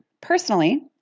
Personally